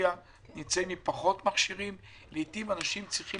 בפריפריה נמצאים עם פחות מכשירים לעיתים אנשים צריכים